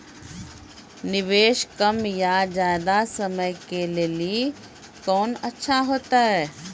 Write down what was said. निवेश कम या ज्यादा समय के लेली कोंन अच्छा होइतै?